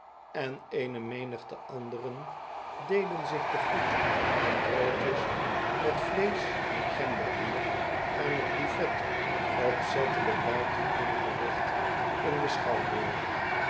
en eene menigte anderen deden zich te goed aan broodjes met vleesch en gemberbier aan t buffet opzettelijk daartoe ingericht in den schouwburg